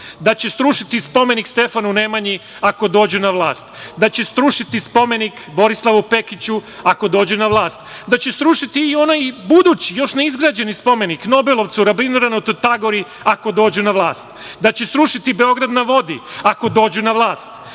da će srušiti spomenik Stefanu Nemanji, ako dođu na vlast, da će srušiti spomenik Borislavu Pekiću, ako dođu na vlast, da će srušiti i onaj budući još neizgrađeni spomenik Nobelovcu Rabindranat Tagor, ako dođu na vlast, da će srušiti Beograd na vodi, ako dođu na vlast,